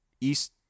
East